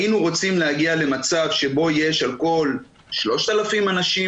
היינו רוצים להגיע למצב שעל כל 3,000 אנשים